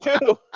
two